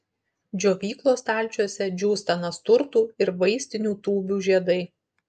džiovyklos stalčiuose džiūsta nasturtų ir vaistinių tūbių žiedai